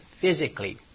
physically